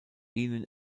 ihnen